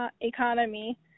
economy